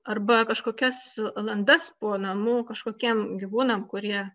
arba kažkokias landas po namu kažkokiem gyvūnam kurie